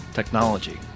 Technology